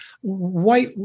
white